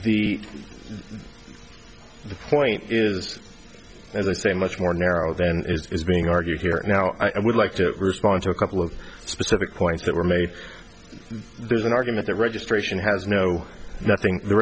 the point is as i say much more narrow than is being argued here now i would like to respond to a couple of specific points that were made there's an argument that registration has no nothing the